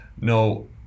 no